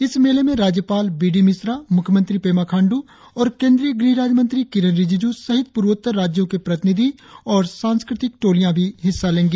इस मेले में राज्यपाल बी डी मिश्रा मुख्यमंत्री पेमा खाण्डू और केंद्रीय गृह राज्य मंत्री किरेन रिजिजू सहित पूर्वोत्तर राज्यों के प्रतिनिधि और सांस्कृतिक टोलियां भी हिस्सा लेंगी